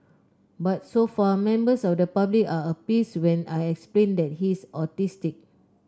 but so far members of the public are appeased when I explain that he's autistic